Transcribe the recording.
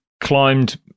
climbed